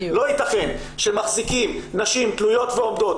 לא יתכן שמחזיקים נשים תלויות ועומדות